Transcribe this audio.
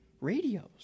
radios